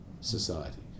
society